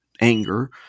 anger